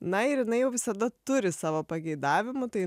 na ir jinai jau visada turi savo pageidavimų tai